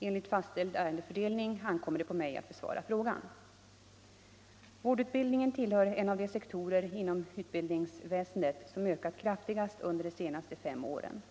Enligt fastställd ärendefördelning ankommer det på mig att besvara frågan. Vårdutbildningen tillhör de sektorer inom utbildningsväsendet som ökat kraftigast under de senaste fem åren.